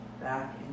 back